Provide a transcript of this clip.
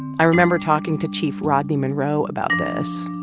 i remember talking to chief rodney monroe about this.